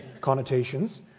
connotations